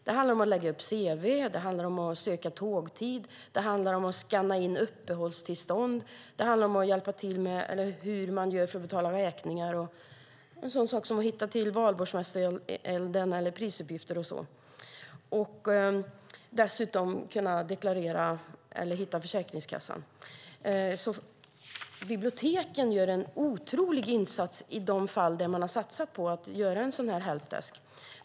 Det handlar om att lägga upp cv:n, att söka tågtider, att skanna in uppehållstillstånd, hur man gör för att betala räkningar och till exempel hitta till en valborgseld eller hitta prisuppgifter. Det kan också handla om att kunna deklarera eller hitta Försäkringskassan. Biblioteken gör en otrolig insats i de fall där man har satsat på att göra en helpdesk.